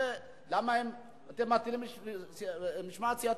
למה אתם מטילים משמעת סיעתית,